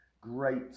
great